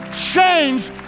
change